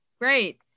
Great